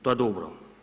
To je dobro.